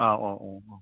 औ औ औ औ